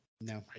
No